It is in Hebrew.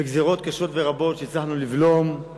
וגזירות קשות ורבות שהצלחנו לבלום.